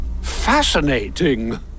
Fascinating